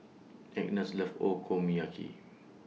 Agnes loves